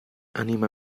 anima